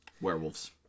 Werewolves